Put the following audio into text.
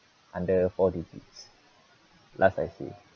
under four digits last I see